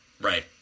Right